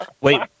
Wait